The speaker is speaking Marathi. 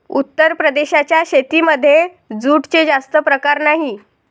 उत्तर प्रदेशाच्या शेतीमध्ये जूटचे जास्त प्रकार नाही